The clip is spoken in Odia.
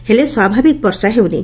ହେଲେ ସ୍ୱାଭାବିକ ବର୍ଷା ହେଉନି